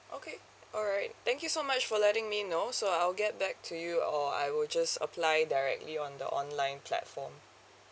okay alright thank you so much for letting me know so I'll get back to you or I will just apply directly on the online platform